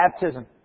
baptism